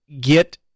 get